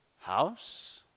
house